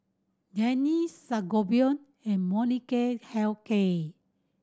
Rene Sangobion and Molnylcke Health Care